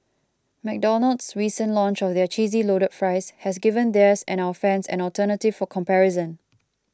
McDonald's recent launch of their cheesy loaded fries has given theirs and our fans an alternative for comparison